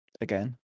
Again